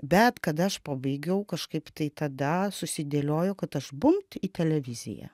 bet kad aš pabaigiau kažkaip tai tada susidėliojo kad aš bumbt į televiziją